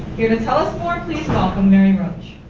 here to tell us more, please welcome mary roach.